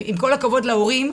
עם כל הכבוד להורים,